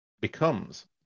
becomes